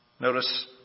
Notice